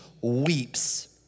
weeps